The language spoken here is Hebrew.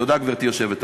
תודה, גברתי היושבת-ראש.